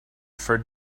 for